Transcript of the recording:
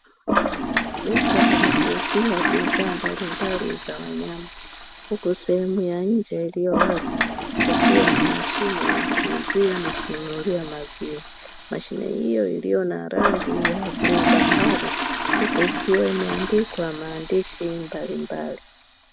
Duka la kuuzia bidhaa mbalimbali za wanyama, huku sehemu ya nje iliyo wazi, kukiwa na mashine ya kuuzia na kununulia maziwa mashine hiyo iliyo na rangi ya bluu bahari, huku ikiwa imeandikwa maandishi mbalimbali.